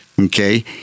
Okay